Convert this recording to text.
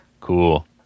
Cool